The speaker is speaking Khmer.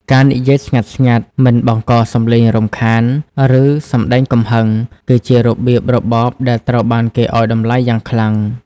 ការនិយាយស្ងាត់ៗ មិនបង្កសំឡេងរំខាន ឬសម្ដែងកំហឹង គឺជារបៀបរបបដែលត្រូវបានគេឱ្យតម្លៃយ៉ាងខ្លាំង។